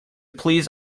please